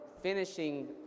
finishing